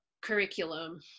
curriculum